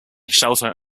shelter